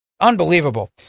Unbelievable